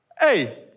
Hey